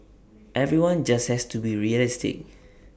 everyone just has to be realistic